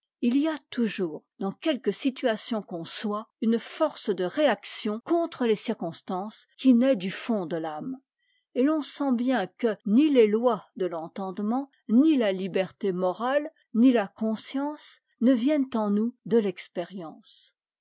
it y a toujours dans quelque situation qu'on soit une force de réaction contre les circonstances qui naît du fond de l'âme et l'on sent bien que ni les lois de l'entendement ni la liberté morale ni la conscience ne viennent en nous de l'expérience